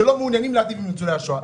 שלא מעוניין להיטיב עם ניצולי השואה.